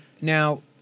now